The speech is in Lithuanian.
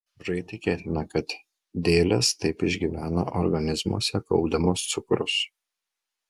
mažai tikėtina kad dėlės taip išgyvena organizmuose kaupdamos cukrus